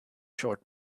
short